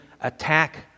attack